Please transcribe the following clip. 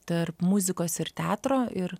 tarp muzikos ir teatro ir